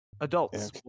adults